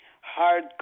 hard